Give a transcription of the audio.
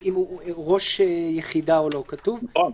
אם הוא ראש יחידה או לא, כתוב "רב